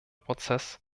prozess